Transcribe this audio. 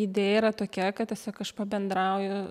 idėja yra tokia kad tiesiog aš pabendrauju